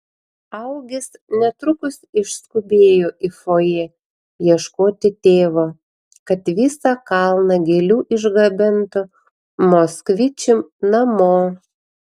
augis netrukus išskubėjo į fojė ieškoti tėvo kad visą kalną gėlių išgabentų moskvičium namo